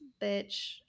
bitch